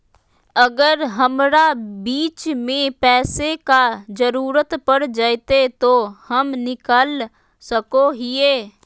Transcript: अगर हमरा बीच में पैसे का जरूरत पड़ जयते तो हम निकल सको हीये